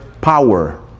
power